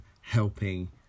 helping